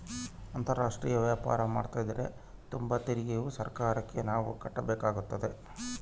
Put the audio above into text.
ಅಂತಾರಾಷ್ಟ್ರೀಯ ವ್ಯಾಪಾರ ಮಾಡ್ತದರ ತುಂಬ ತೆರಿಗೆಯು ಸರ್ಕಾರಕ್ಕೆ ನಾವು ಕಟ್ಟಬೇಕಾಗುತ್ತದೆ